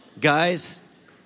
Guys